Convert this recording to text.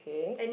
okay